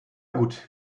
gut